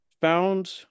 found